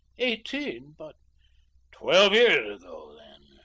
eighteen, but twelve years ago, then.